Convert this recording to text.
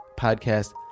podcast